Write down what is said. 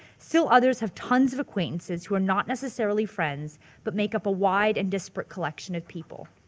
still others have tons of acquaintances who are not necessarily friends but make up a wide and disparate collection of people.